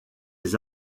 des